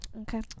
Okay